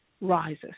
rises